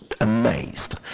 amazed